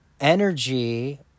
energy